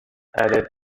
added